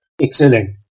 Excellent